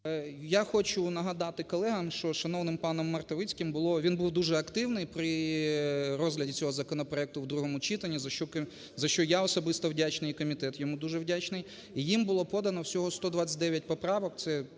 Я хочу нагадати колегам, що шановним паном Мартовицьким було, він був дуже активний при розгляді цього законопроекту в другому читанні, за що я особисто вдячний і комітет йому дуже вдячний. І ним було подано всього 129 поправок,